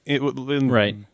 Right